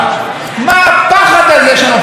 הרי אנחנו באמת מדינה חסונה,